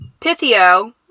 Pythio